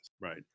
Right